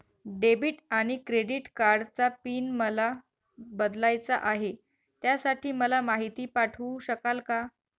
Debit आणि credit कार्डचा pin मला बदलायचा आहे, त्यासाठी मला माहिती पाठवू शकाल का?